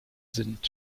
sind